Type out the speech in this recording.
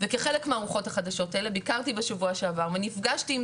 וכחלק מהרוחות החדשות האלה ביקרתי בשבוע שעבר ונפגשתי עם